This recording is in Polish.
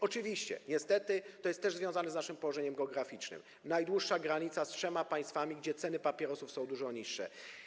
Oczywiście niestety to jest też związane z naszym położeniem geograficznym, najdłuższą granicą z trzema państwami, gdzie ceny papierosów są dużo niższe.